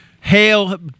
Hail